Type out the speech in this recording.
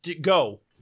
Go